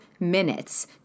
minutes